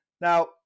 Now